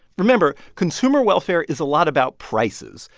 remember consumer welfare is a lot about prices,